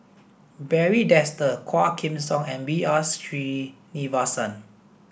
Barry Desker Quah Kim Song and B R Sreenivasan